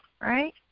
right